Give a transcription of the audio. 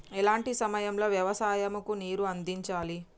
ఎలాంటి సమయం లో వ్యవసాయము కు నీరు అందించాలి?